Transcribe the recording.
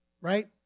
right